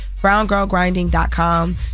BrownGirlGrinding.com